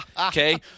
okay